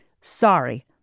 Sorry